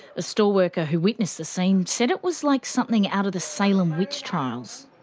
a store-worker who witnessed the scene said it was like something out of the salem witch-trials.